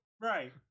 Right